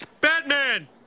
Batman